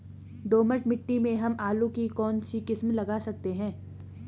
दोमट मिट्टी में हम आलू की कौन सी किस्म लगा सकते हैं?